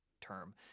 term